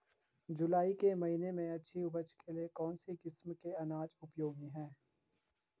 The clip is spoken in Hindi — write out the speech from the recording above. जुलाई के महीने में अच्छी उपज के लिए कौन सी किस्म के अनाज उपयोगी हैं?